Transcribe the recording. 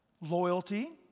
loyalty